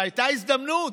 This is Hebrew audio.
והייתה הזדמנות,